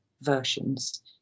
versions